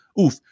oof